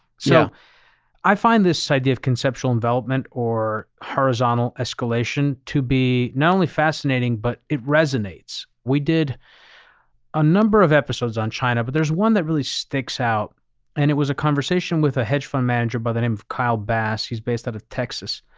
so i find this idea of conceptual envelopment or horizontal escalation to be not only fascinating, but it resonates. we did a number of episodes on china, but there's one that really sticks out and it was a conversation with a hedge fund manager by the name of kyle bass. he's based out of texas.